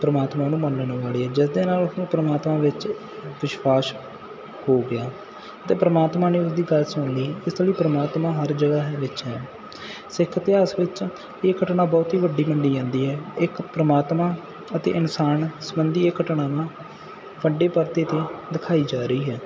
ਪਰਮਾਤਮਾ ਨੂੰ ਮੰਨਣ ਵਾਲੀ ਹੈ ਜਿਸ ਦੇ ਨਾਲ ਉਸਨੂੰ ਪਰਮਾਤਮਾ ਵਿੱਚ ਵਿਸ਼ਵਾਸ ਹੋ ਗਿਆ ਅਤੇ ਪਰਮਾਤਮਾ ਨੇ ਉਸ ਦੀ ਗੱਲ ਸੁਣ ਲਈ ਇਸ ਦੇ ਲਈ ਪਰਮਾਤਮਾ ਹਰ ਜਗ੍ਹਾ ਦੇ ਵਿੱਚ ਹੈ ਸਿੱਖ ਇਤਿਹਾਸ ਵਿੱਚ ਇਹ ਘਟਨਾ ਬਹੁਤ ਹੀ ਵੱਡੀ ਮੰਨੀ ਜਾਂਦੀ ਹੈ ਇੱਕ ਪਰਮਾਤਮਾ ਅਤੇ ਇਨਸਾਨ ਸੰਬੰਧੀ ਇਹ ਘਟਨਾ ਨਾ ਵੱਡੇ ਪਰਦੇ 'ਤੇ ਦਿਖਾਈ ਜਾ ਰਹੀ ਹੈ